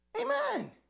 Amen